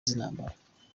z’intambara